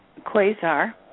Quasar